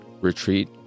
retreat